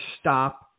stop